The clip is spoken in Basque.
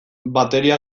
bateria